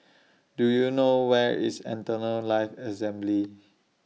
Do YOU know Where IS Eternal Life Assembly